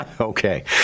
Okay